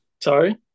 sorry